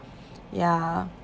ya